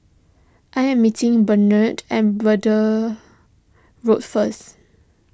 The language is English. I am meeting Barnett at Braddell Road first